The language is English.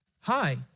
Hi